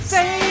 Say